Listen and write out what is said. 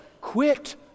Quit